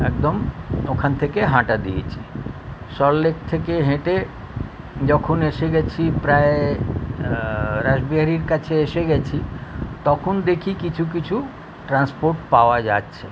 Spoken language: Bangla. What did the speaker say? একদম ওখান থেকে হাঁটা দিয়েছি সল্টলেক থেকে হেঁটে যখন এসে গেছি প্রায় রাসবিহারীর কাছে এসে গেছি তখন দেখি কিছু কিছু ট্রান্সপোর্ট পাওয়া যাচ্ছে